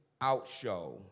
outshow